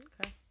Okay